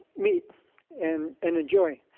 meet and and enjoy.